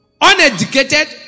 uneducated